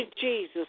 Jesus